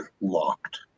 locked